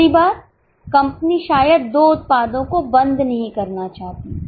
दूसरी बात कंपनी शायद 2 उत्पादों को बंद नहीं करना चाहती